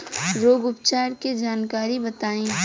रोग उपचार के जानकारी बताई?